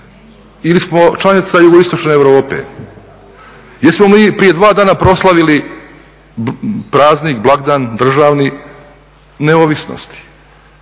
ili smo članica JI Europe? Jesmo mi prije dva dana proslavili praznik, blagdan državni neovisnosti